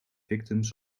victims